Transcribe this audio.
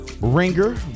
Ringer